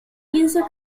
pienso